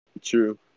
True